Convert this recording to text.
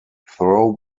throw